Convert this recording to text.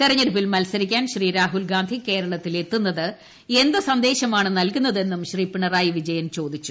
തെരഞ്ഞെടുപ്പിൽ മത്സരിക്കാൻ രാഹുൽഗാന്ധി കേരളത്തിൽ എത്തുന്നത് എന്ത് സന്ദേശമാണ് നൽകുന്നതെന്നും ശ്രീ പിണറായി വിജയൻ ചോദിച്ചു